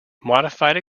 modified